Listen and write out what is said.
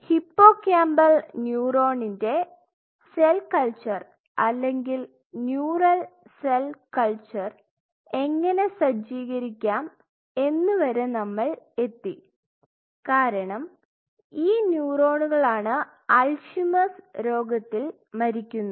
hippocampal ന്യൂറോണിന്റെ cell culture അല്ലെങ്കിൽ neural cell culture എങ്ങനെ സജ്ജീകരിക്കാം എന്നുവരെ നമ്മൾ എത്തി കാരണം ഈ ന്യൂറോണുകളാണ് അൽഷിമേഴ്സ്Alzheimer's രോഗത്തിൽ മരിക്കുന്നത്